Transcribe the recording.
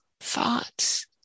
thoughts